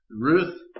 Ruth